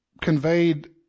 conveyed